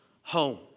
home